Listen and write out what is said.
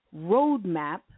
roadmap